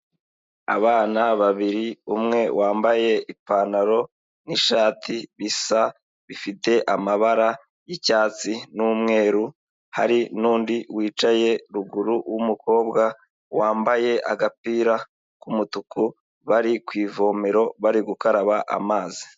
Abana babiri umwe wambaye ipantaro n'ishati bisa, bifite amabara y'icyatsi n'umweru, hari n'undi wicaye ruguru w'umukobwa wambaye agapira k'umutuku, bari ku ivomero bari gukaraba amazi.